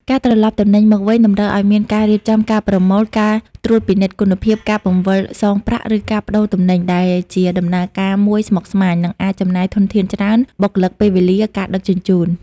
ការត្រឡប់ទំនិញមកវិញតម្រូវឱ្យមានការរៀបចំការប្រមូល ការត្រួតពិនិត្យគុណភាព ការបង្វិលសងប្រាក់ ឬការប្តូរទំនិញ ដែលជាដំណើរការមួយស្មុគស្មាញ និងអាចចំណាយធនធានច្រើន (បុគ្គលិក ពេលវេលា ការដឹកជញ្ជូន)។